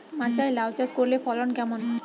মাচায় লাউ চাষ করলে ফলন কেমন?